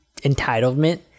entitlement